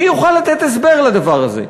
מי יוכל לתת הסבר לדבר הזה?